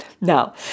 Now